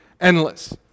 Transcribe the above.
endless